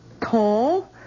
tall